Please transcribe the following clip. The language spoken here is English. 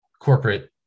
corporate